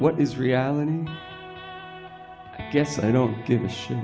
what is reality i guess i don't give a shit